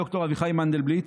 ד"ר אביחי מנדלבליט: